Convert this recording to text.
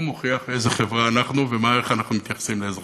הוא מוכיח איזו חברה אנחנו ואיך אנחנו מתייחסים לאזרחינו.